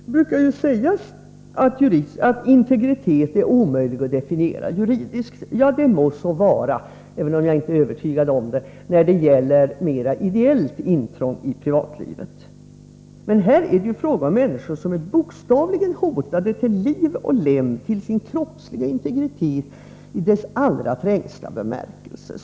Det brukar ju sägas att integritet är omöjlig att definiera juridiskt. Ja, det må så vara, även om jag inte är övertygad om det, när det gäller mera ideellt intrång i privatlivet. Men här är det ju fråga om människor som är bokstavligen hotade till liv och lem, till sin kroppsliga integritet i dess allra trängsta bemärkelse.